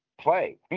play